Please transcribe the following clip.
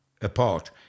apart